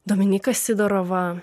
dominyką sidorovą